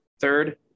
Third